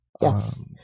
Yes